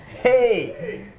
Hey